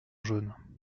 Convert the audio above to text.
jaune